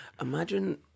Imagine